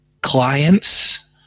clients